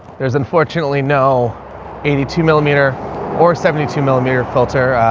there's unfortunately no eighty two millimeter or seventy two millimeter filter,